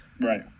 Right